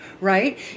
right